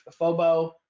FOBO